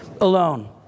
alone